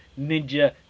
ninja